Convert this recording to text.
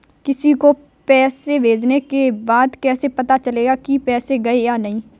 किसी को पैसे भेजने के बाद कैसे पता चलेगा कि पैसे गए या नहीं?